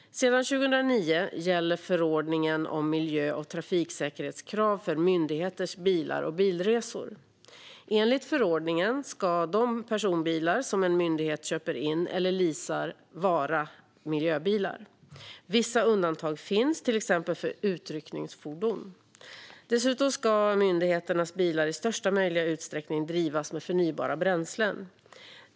Sedan 2009 gäller förordningen om miljö och trafiksäkerhetskrav för myndigheters bilar och bilresor. Enligt förordningen ska de personbilar som en myndighet köper in eller leasar vara miljöbilar. Vissa undantag finns, till exempel för utryckningsfordon. Dessutom ska myndigheternas bilar i största möjliga utsträckning drivas med förnybara bränslen.